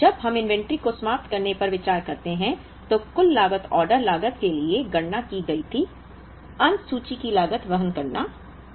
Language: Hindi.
अब जब हम इन्वेंट्री को समाप्त करने पर विचार करते हैं तो कुल लागत ऑर्डर लागत के लिए गणना की गई थी अंत सूची की लागत वहन करना